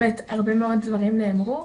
הרבה מאוד דברים נאמרו,